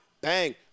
bang